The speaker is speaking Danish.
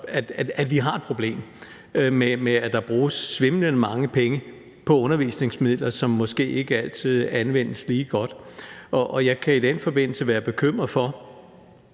at vi har et problem med, at der bruges svimlende mange penge på undervisningsmidler, som måske ikke altid anvendes lige godt. Jeg kan i den forbindelse være bekymret for,